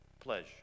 pleasure